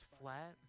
flat